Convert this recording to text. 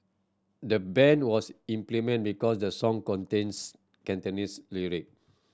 the ban was implemented because the song contains Cantonese lyric